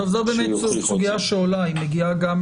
זאת סוגיה שעולה, ומגיעה גם